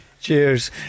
Cheers